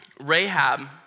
Rahab